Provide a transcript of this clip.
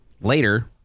Later